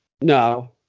No